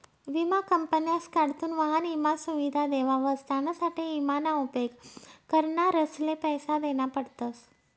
विमा कंपन्यासकडथून वाहन ईमा सुविधा देवावस त्यानासाठे ईमा ना उपेग करणारसले पैसा देना पडतस